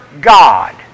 God